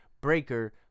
Breaker